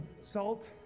salt